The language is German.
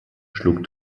schlug